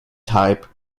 type